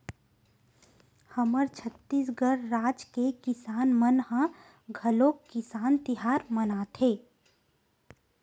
हमर छत्तीसगढ़ राज के किसान मन ह घलोक किसान तिहार मनाथे